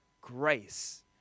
grace